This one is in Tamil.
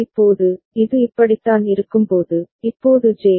இப்போது இது இப்படித்தான் இருக்கும்போது இப்போது ஜே